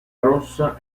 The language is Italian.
rossa